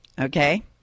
okay